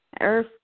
Earth